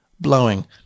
blowing